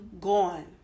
gone